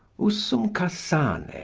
usumcasane,